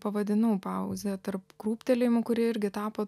pavadinau pauzė tarp krūptelėjimų kuri irgi tapo